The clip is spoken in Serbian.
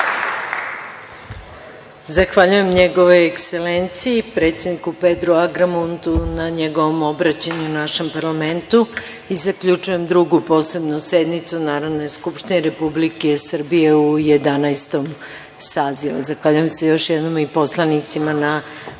Zahvaljujem Njegovoj Ekselenciji, predsedniku Pedru Agramuntu na njegovom obraćanju našem parlamentu i zaključujem Drugu posebnu sednicu Narodne skupštine Republike Srbije u Jedanaestom sazivu. Zahvaljujem se još jednom i poslanicima na prisustvu